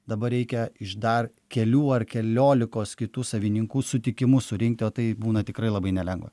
dabar reikia iš dar kelių ar keliolikos kitų savininkų sutikimus surinkti o tai būna tikrai labai nelengva